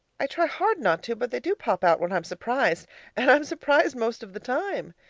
i try hard not to, but they do pop out when i'm surprised and i'm surprised most of the time.